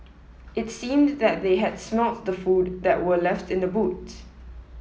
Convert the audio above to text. it seemed that they had snort the food that were left in the boot